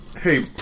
Hey